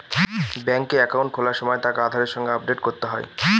ব্যাঙ্কে একাউন্ট খোলার সময় তাকে আধারের সাথে আপডেট করতে হয়